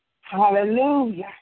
Hallelujah